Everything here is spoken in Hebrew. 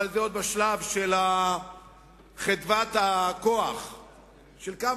אבל זה עוד השלב של חדוות הכוח של כמה